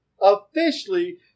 officially